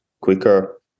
quicker